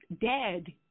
dead